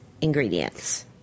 ingredients